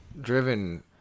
Driven